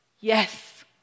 yes